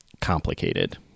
complicated